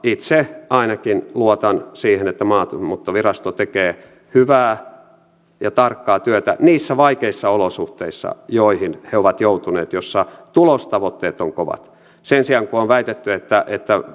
itse ainakin luotan siihen että maahanmuuttovirasto tekee hyvää ja tarkkaa työtä niissä vaikeissa olosuhteissa joihin he ovat joutuneet joissa tulostavoitteet ovat kovat sen sijaan kun on väitetty että